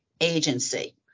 agency